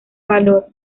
valor